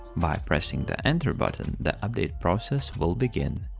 by pressing the enter button the update process will begin.